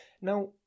Now